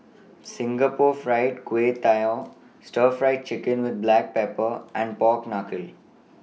Singapore Fried Kway Tiao Stir Fried Chicken with Black Pepper and Pork Knuckle